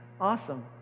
Awesome